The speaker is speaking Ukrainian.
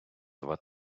два